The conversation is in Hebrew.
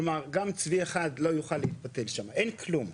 כלומר, גם צבי אחד לא יוכל להתפתל שם, אין כלום.